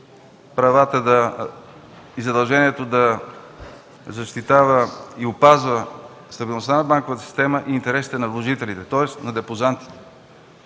правата и задължението да защитава и опазва стабилността на банковата система, интересите на вложителите, тоест на депозантите.